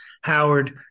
Howard